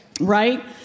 right